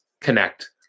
connect